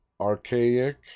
archaic